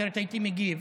אחרת הייתי מגיב,